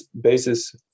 basis